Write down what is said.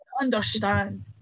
understand